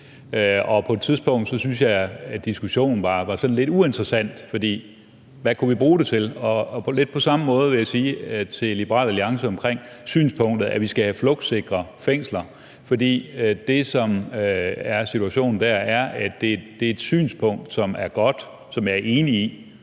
på et tidspunkt syntes jeg, at diskussionen var sådan lidt uinteressant, for hvad kunne vi bruge det til, og lidt det samme vil jeg sige til Liberal Alliance i forhold til synspunktet om, at vi skal have flugtsikre fængsler. For det, som er situationen dér, er, at det er et synspunkt, som er godt, som jeg er enig i,